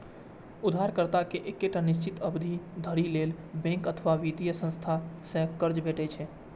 उधारकर्ता कें एकटा निश्चित अवधि धरि लेल बैंक अथवा वित्तीय संस्था सं कर्ज भेटै छै